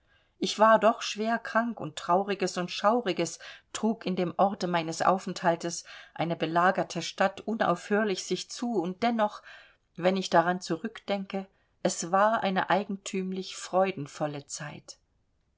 ich war doch schwer krank und trauriges und schauriges trug in dem orte meines aufenthaltes eine belagerte stadt unaufhörlich sich zu und dennoch wenn ich daran zurückdenke es war eine eigentümlich freudenvolle zeit